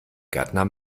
gärtner